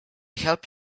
help